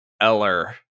Eller